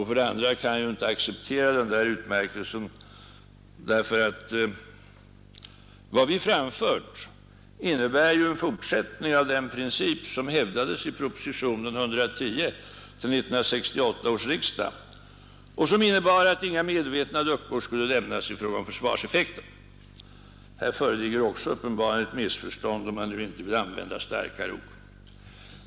För det andra kan jag inte acceptera den där utmärkelsen därför att vad vi framfört innebär en fortsättning av den princip som hävdades i propositionen 110 till 1968 års riksdag och som innebar att inga luckor medvetet skulle lämnas i fråga om försvarseffekten. Här föreligger också uppenbarligen ett missförstånd, om man nu inte vill använda starkare ord.